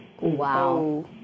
Wow